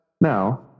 Now